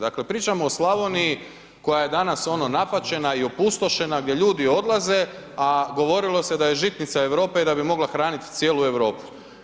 Dakle, pričamo o Slavoniji koja je danas napaćena i opustošena, gdje ljudi odlaze, a govorilo se da je žitnica Europe i da bi mogla hranit cijelu Europu.